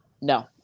No